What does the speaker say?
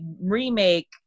remake